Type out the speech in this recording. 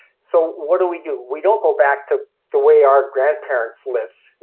so what do we do? we don't go back to the way our grandparents lived.